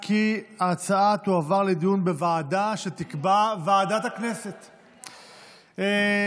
את הנושא לוועדה שתקבע ועדת הכנסת נתקבלה.